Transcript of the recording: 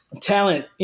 talent